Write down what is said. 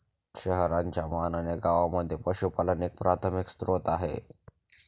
शहरांच्या मानाने गावांमध्ये पशुपालन एक प्राथमिक स्त्रोत आहे